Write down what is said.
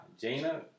Jaina